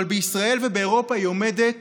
אבל בישראל ובאירופה היא עומדת